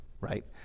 right